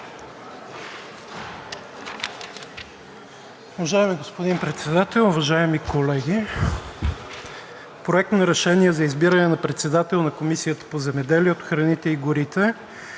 Уважаеми господин Председател, уважаеми колеги, „Проект! РЕШЕНИЕ за избиране на председател на Комисията по земеделието, храните и горите